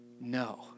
No